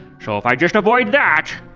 so if i just avoid that,